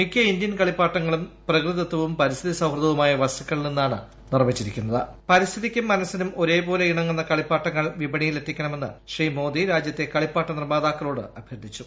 മിക്ക ഇന്ത്യൻ കളിപ്പാട്ടങ്ങളും പ്രകൃതിദത്തവും പരിസ്ഥിതി സൌഹൃദവുമായ വസ്തുക്കളിൽ നിന്നാണ് നിർമ്മിച്ചിരിക്കുന്നത് പരിസ്ഥിതിക്കും ഒരേപോലെ ഇണങ്ങുന്ന കളിപ്പാട്ടങ്ങൾ മനസിനും വിപണിയിലെത്തിക്കണമെന്ന് ശ്രീ മോദി രാജ്യത്തെ കളിപ്പാട്ട നിർമാതാക്കളോട് അഭ്യർത്ഥിച്ചു